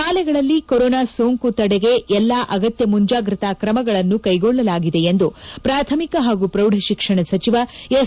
ತಾಲೆಗಳಲ್ಲಿ corona ಸೋಂಕು ತಡೆಗೆ ಎಲ್ಲಾ ಅಗತ್ನ ಮುಂಜಾಗ್ರತಾ ಕ್ರಮಗಳನ್ನು ಕ್ಷೆಗೊಳ್ಳಲಾಗಿದೆ ಎಂದು ಪ್ರಾಥಮಿಕ ಹಾಗೂ ಪ್ರೌಢಶಿಕ್ಷಣ ಸಚಿವ ಎಸ್